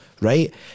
right